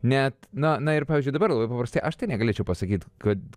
net na na ir pavyzdžiui dabar labai paprastai aš tai negalėčiau pasakyt kad